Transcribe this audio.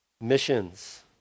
missions